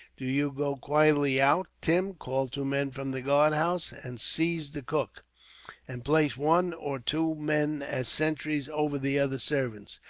do you go quietly out, tim, call two men from the guardhouse, and seize the cook and place one or two men as sentries over the other servants.